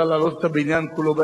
היא יכולה להרוס את הבניין כולו.